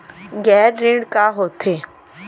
गैर ऋण का होथे?